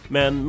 Men